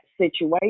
situation